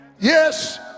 yes